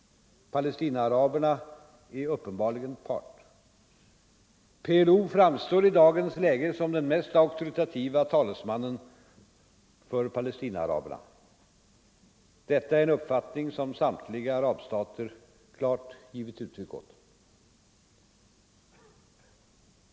Palestinaaraberna är uppenbarligen part. PLO framstår i dagens läge som den mest auktoritativa talesmannen för palestinaaraberna. Detta är en uppfattning som samtliga arabstater klart givit uttryck för.